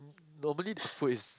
normally food is